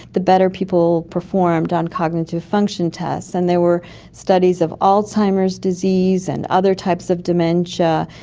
the better people performed on cognitive function tests. and there were studies of alzheimer's disease and other types of dementia.